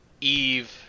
Eve